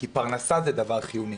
כי פרנסה זה דבר חיוני.